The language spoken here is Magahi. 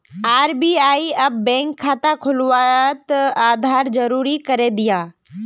आर.बी.आई अब बैंक खाता खुलवात आधार ज़रूरी करे दियाः